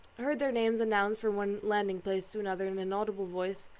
heard their names announced from one landing-place to another in an audible voice,